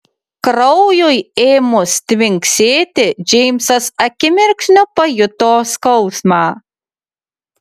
kraujui ėmus tvinksėti džeimsas akimirksniu pajuto skausmą